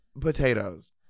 potatoes